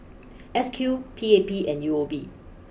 S Q P A P and U O B